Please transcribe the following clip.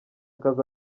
kazi